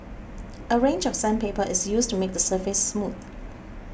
a range of sandpaper is used to make the surface smooth